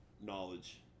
knowledge